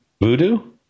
Voodoo